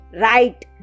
right